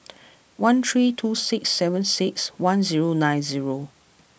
one three two six seven six one zero nine zero